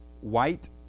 white